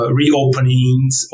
reopenings